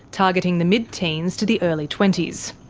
targeting the mid-teens to the early twenty s.